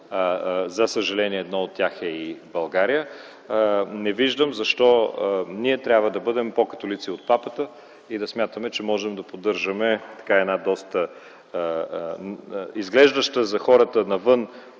за съжаление една от тях е и България, не виждам защо ние трябва да бъдем по-католици от папата и да смятаме, че можем да поддържаме една изглеждаща за хората навън